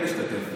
השתתף.